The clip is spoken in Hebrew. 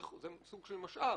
סוג של משאב,